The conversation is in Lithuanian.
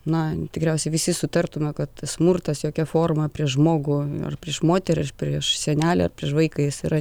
na tikriausiai visi sutartumėme kad smurtas jokia forma prieš žmogų ar prieš moteris prieš senelę prieš vaiką jis yra